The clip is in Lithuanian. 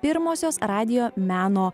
pirmosios radijo meno